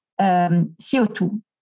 CO2